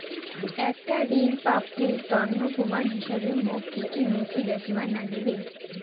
একটা ঋণ প্রাপ্তির তন্ন প্রমাণ হিসাবে মোক কী কী নথি দেখেবার নাগিবে?